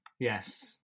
Yes